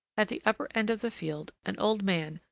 at the upper end of the field, an old man,